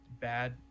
bad